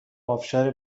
ابشار